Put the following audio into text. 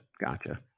Gotcha